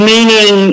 Meaning